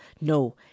No